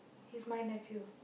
he's my nephew